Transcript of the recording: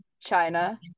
china